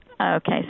Okay